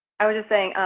i was just saying,